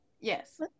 Yes